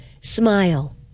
smile